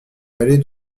vallée